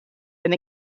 been